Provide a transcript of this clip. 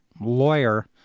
lawyer